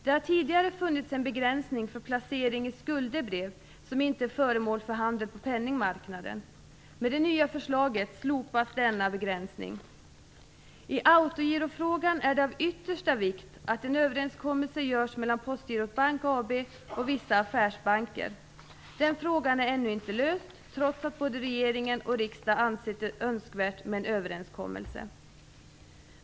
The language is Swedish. Det har tidigare funnits en begränsning för placering i skuldebrev som inte är föremål för handel på penningmarknaden. Med det nya förslaget slopas denna begränsning. I autogirofrågan är det av yttersta vikt att det görs en överenskommelse mellan Postgirot Bank AB och vissa affärsbanker. Den frågan är ännu inte löst trots att både regering och riksdag ansett det önskvärt med en överenskommelse.